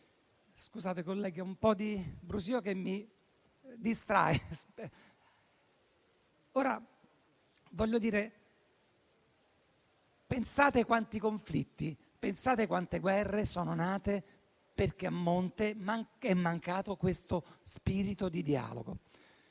Scusate, colleghi, c'è un po' di brusio che mi distrae. Pensate quanti conflitti e quante guerre sono nati perché a monte è mancato questo spirito di dialogo.